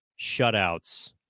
shutouts